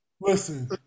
Listen